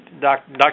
Dr